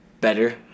better